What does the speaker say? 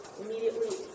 immediately